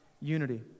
unity